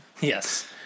Yes